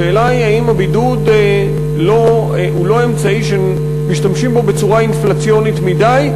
השאלה היא האם הבידוד הוא לא אמצעי שמשתמשים בו בצורה אינפלציונית מדי,